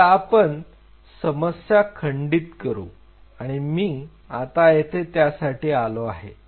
आता आपण समस्या खंडित करू आणि मी आता येथे त्यासाठी आलो आहे